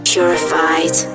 Purified